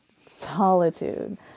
solitude